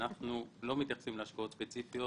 אנחנו לא מתייחסים להשקעות ספציפיות